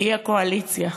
היא הקואליציה,